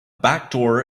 backdoor